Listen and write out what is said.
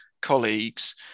colleagues